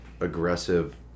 aggressive